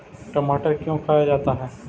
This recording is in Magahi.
टमाटर क्यों खाया जाता है?